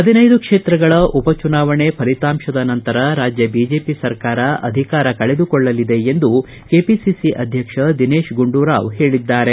ಪದಿನೈದು ಕ್ಷೇತ್ರಗಳ ಉಪ ಚುನಾವಣೆ ಫಲಿತಾಂಶದ ನಂತರ ರಾಜ್ಯ ಬಿಜಿಪಿ ಸರ್ಕಾರ ಅಧಿಕಾರ ಕಳೆದುಕೊಳ್ಳಲಿದೆ ಎಂದು ಪ್ರದೇಶ ಕಾಂಗ್ರೆಸ್ ಅಧ್ವಕ್ಷ ದಿನೇತ್ ಗುಂಡೂರಾವ್ ಹೇಳಿದ್ದಾರೆ